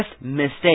mistake